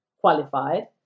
qualified